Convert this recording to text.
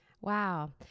Wow